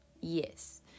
Yes